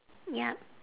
yup